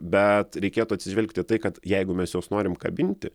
bet reikėtų atsižvelgti į tai kad jeigu mes juos norim kabinti